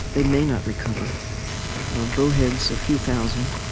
they may not recover bowheads, a few thousand.